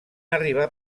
arribar